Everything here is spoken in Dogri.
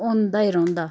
होंदा ई रौंह्दा